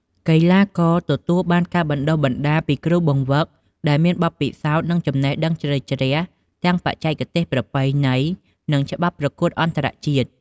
កីឡាករទទួលបានការបណ្ដុះបណ្ដាលពី គ្រូបង្វឹកដែលមានបទពិសោធន៍ និងចំណេះដឹងជ្រៅជ្រះទាំងបច្ចេកទេសប្រពៃណី និងច្បាប់ប្រកួតអន្តរជាតិ។